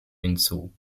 hinzu